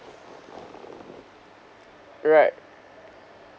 right